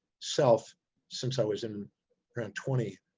so since i was in around twenty,